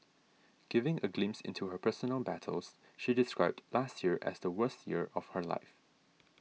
giving a glimpse into her personal battles she described last year as the worst year of her life